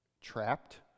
trapped